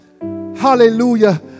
Hallelujah